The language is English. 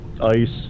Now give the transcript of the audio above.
ice